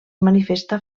manifesta